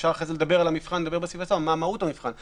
אפשר אחרי זה לדבר על המבחן ומה מהות המבחן.